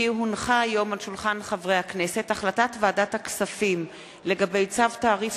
כי הונחה היום על שולחן הכנסת החלטת ועדת הכספים בצו תעריף